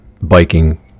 biking